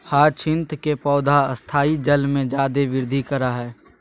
hyacinth के पौधा स्थायी जल में जादे वृद्धि करा हइ